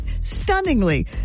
stunningly